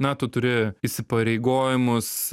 na tu turi įsipareigojimus